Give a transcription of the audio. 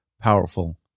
powerful